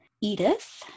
Edith